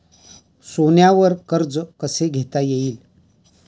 सोन्यावर कर्ज कसे घेता येईल?